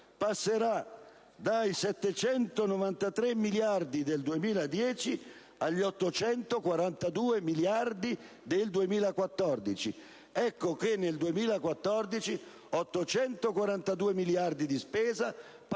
passerà dai 793 miliardi del 2010 agli 842 miliardi del 2014. Ecco allora che nel 2014 avremo 842 miliardi di spesa,